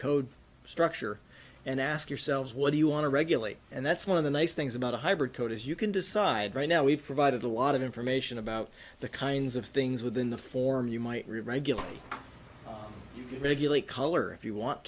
code structure and ask yourselves what do you want to regulate and that's one of the nice things about a hybrid code is you can decide right now we've provided a lot of information about the kinds of things within the form you might read regularly you can regulate color if you want